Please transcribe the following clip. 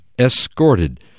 escorted